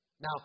Now